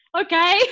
okay